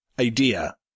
idea